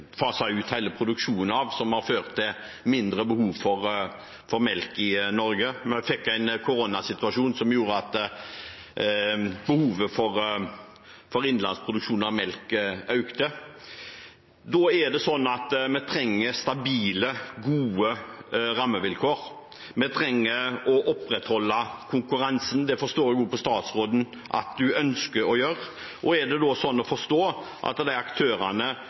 ut hele produksjonen av, noe som har ført til mindre behov for melk i Norge. Vi fikk en koronasituasjon, som gjorde at behovet for innenlands produksjon av melk økte. Da trenger vi stabile, gode rammevilkår. Vi trenger å opprettholde konkurransen. Det forstår jeg også på statsråden at hun ønsker å gjøre. Er det da sånn å forstå at de aktørene som er